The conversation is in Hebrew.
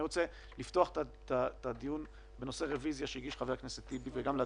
תודה, משה ברקת.